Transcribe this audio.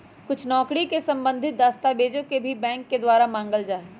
कुछ नौकरी से सम्बन्धित दस्तावेजों के भी बैंक के द्वारा मांगल जा हई